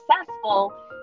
successful